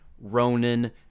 Ronan